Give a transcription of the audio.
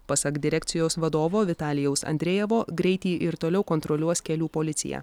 pasak direkcijos vadovo vitalijaus andrejevo greitį ir toliau kontroliuos kelių policija